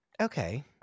Okay